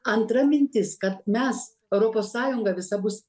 antra mintis kad mes europos sąjunga visa bus